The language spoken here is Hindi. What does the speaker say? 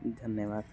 धन्यवाद